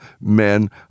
men